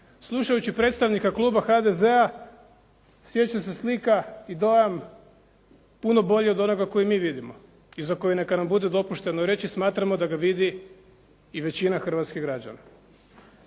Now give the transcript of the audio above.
Slušajući predstavnika kluba HDZ-a, stječe se slika i dojam puno bolji od onoga koji mi vidimo i za koji neka nam bude dopušteno reći, smatramo da ga vidi i većina hrvatskih građana.